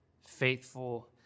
faithful